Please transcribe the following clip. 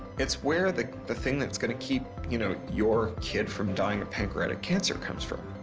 its where the the things thats gonna keep, you know your kid from dying of pancreatic cancer comes from.